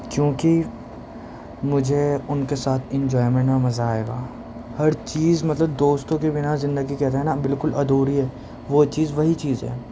کیونکہ مجھے ان کے ساتھ انجوائمنٹ میں مزہ آئے گا ہر چیز مطلب دوستوں کے بنا زندگی کہتے ہیں نہ بالکل ادھوری ہے وہ چیز وہی چیز ہے